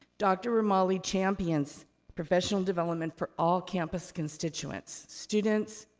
dr. romali champions professional development for all campus constituents. students,